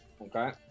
Okay